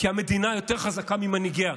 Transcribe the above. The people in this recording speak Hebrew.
כי המדינה יותר חזקה ממנהיגיה.